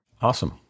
Awesome